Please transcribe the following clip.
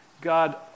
God